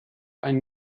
einen